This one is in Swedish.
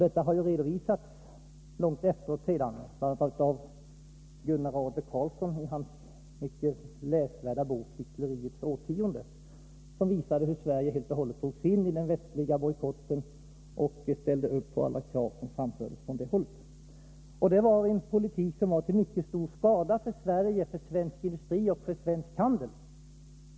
Detta har redovisats långt efteråt, bl.a. av Gunnar Adler-Karlsson, i hans mycket läsvärda bok Hyckleriets årtionde, som visar hur Sverige helt och hållet drogs in i den västliga bojkotten och ställde upp bakom alla krav som framfördes. Det var en politik som var till mycket stor skada för Sverige, för svensk industri och svensk handel.